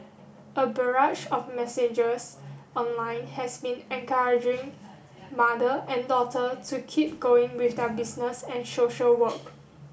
a barrage of messages online has been encouraging mother and daughter to keep going with their business and social work